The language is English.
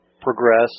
progress